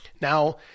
Now